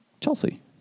Chelsea